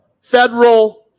Federal